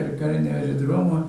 ir karinį aerodromą